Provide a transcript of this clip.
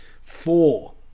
four